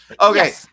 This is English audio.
Okay